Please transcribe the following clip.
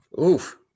Oof